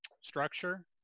structure